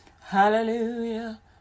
Hallelujah